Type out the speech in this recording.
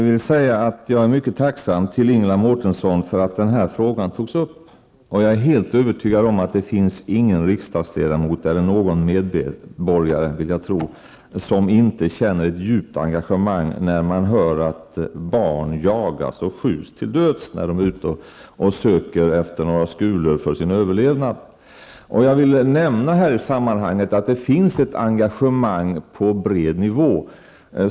Herr talman! Jag är Ingela Mårtensson mycket tacksam för att denna fråga togs upp. Jag är helt övertygad om att det inte finns någon riksdagsledamot eller medborgare som inte känner djupt engagemang när man hör att barn jagas och skjuts till döds när de är ute och söker efter några skulor för sin överlevnad. Jag vill i det här sammanhanget nämna att det finns ett engagemang på bred nivå.